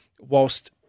whilst